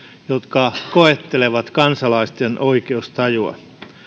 jotka koettelevat kansalaisten oikeustajua